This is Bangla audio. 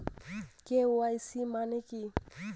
কে.ওয়াই.সি মানে কি?